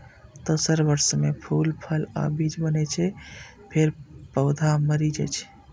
दोसर वर्ष मे फूल, फल आ बीज बनै छै, फेर पौधा मरि जाइ छै